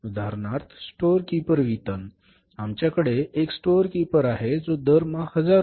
तर उदाहरणार्थ store keeper वेतन आमच्याकडे एक स्टोअर कीपर आहे जो दरमहा रु